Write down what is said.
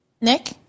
Nick